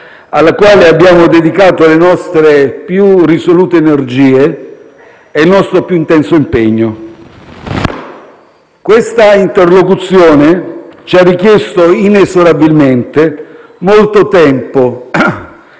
alla quale abbiamo dedicato le nostre più risolute energie e il nostro più intenso impegno. Questa interlocuzione ci ha richiesto inesorabilmente molto tempo